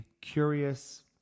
curious